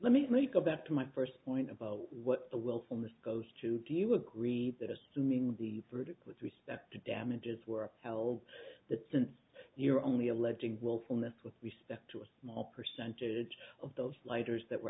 but let me go back to my first point about what the willfulness goes to do you agree that assuming the verdict with respect to damages were upheld that since you're only alleging willfulness with respect to a small percentage of those lighters that were